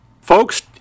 folks